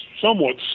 somewhat